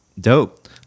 Dope